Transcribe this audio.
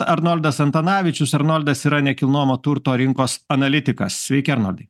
arnoldas antanavičius arnoldas yra nekilnojamo turto rinkos analitikas sveiki arnoldai